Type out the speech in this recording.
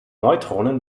neutronen